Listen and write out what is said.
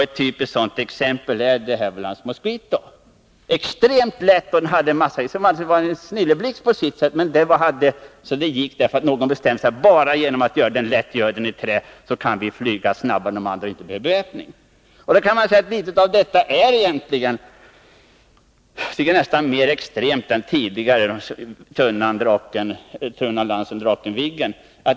Ett typiskt sådant exempel är De Havilland Mosquito, som var extremt snabbt för sin tid. Det var på sitt sätt en snilleblixt. Genom att göra planet i trä kunde man flyga snabbare än de andra och behövde inte beväpning. Litet av detta gäller egentligen för JAS-projektet — och jag tycker mer än tidigare beträffande Tunnan, Lansen, Draken och Viggen.